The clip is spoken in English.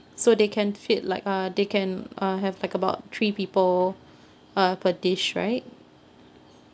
so they can feed like uh they can uh have like about three people uh per dish right